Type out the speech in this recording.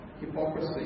hypocrisy